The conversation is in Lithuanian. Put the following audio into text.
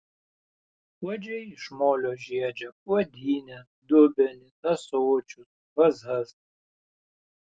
puodžiai iš molio žiedžia puodynes dubenis ąsočius vazas